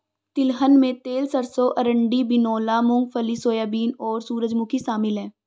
तिलहन में तिल सरसों अरंडी बिनौला मूँगफली सोयाबीन और सूरजमुखी शामिल है